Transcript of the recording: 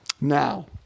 Now